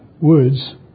words